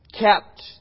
kept